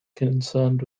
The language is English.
concerned